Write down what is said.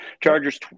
Chargers